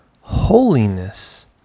holiness